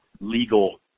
legal